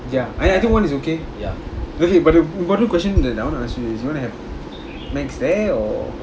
ya I I think one is okay okay but important question that I want to ask you is you want to have macs there or